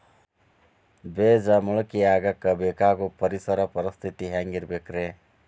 ಬೇಜ ಮೊಳಕೆಯಾಗಕ ಬೇಕಾಗೋ ಪರಿಸರ ಪರಿಸ್ಥಿತಿ ಹ್ಯಾಂಗಿರಬೇಕರೇ?